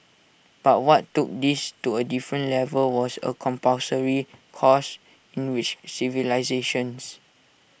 but what took this to A different level was A compulsory course in which civilisations